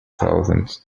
thousands